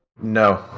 No